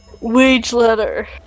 Wage-letter